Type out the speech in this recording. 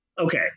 okay